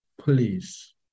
please